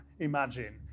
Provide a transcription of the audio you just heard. Imagine